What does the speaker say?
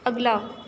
اگلا